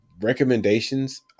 recommendations